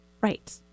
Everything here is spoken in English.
Right